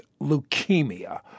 leukemia